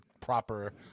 proper